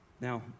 Now